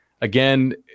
Again